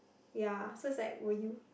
ya so it's like will you